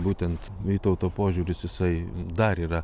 būtent vytauto požiūris jisai dar yra